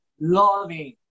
loving